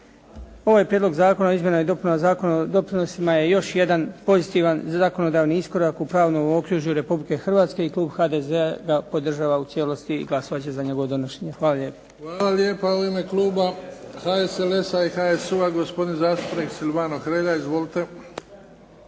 i dopunama Zakona o doprinosima je još jedna pozitivan zakonodavni iskorak u pravnom okružju Republike Hrvatske i klub HDZ-a ga podržava u cijelosti i glasovat će za njegovo donošenje. Hvala lijepa. **Bebić, Luka (HDZ)** Hvala lijepa. U ime kluba HSLS-a i HSU-a gospodin zastupnik Silavano Hrelja. Izvolite.